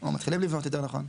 או מתחילים לבנות יותר נכון.